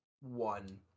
one